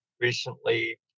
recently